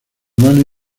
mano